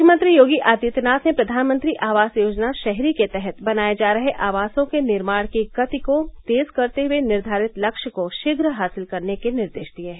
मुख्यमंत्री योगी आदित्यनाथ ने प्रधानमंत्री आवास योजना शहरी के तहत बनाये जा रहे आवासों के निर्माण की गति को तेज करते हुए निर्धारित लक्ष्य को शीघ्र हासिल करने के निर्देश दिये हैं